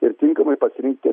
ir tinkamai pasirinkti